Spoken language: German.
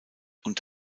und